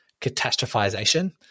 catastrophization